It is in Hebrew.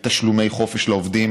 בתשלומי חופש לעובדים